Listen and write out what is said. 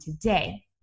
today